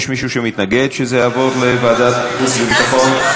יש מישהו שמתנגד שזה יעבור לוועדת חוץ וביטחון?